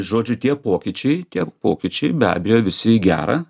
žodžiu tie pokyčiai tie pokyčiai be abejo visi į gera